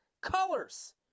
colors